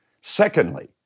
Secondly